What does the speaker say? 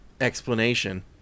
explanation